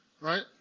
Right